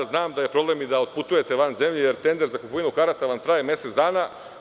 Znam da je i problem da otputujete van zemlje jer tender za kupovinu karata vam traje mesec dana.